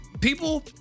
people